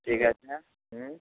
ঠিক আছে হুম